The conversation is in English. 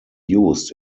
used